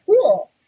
cool